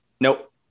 Nope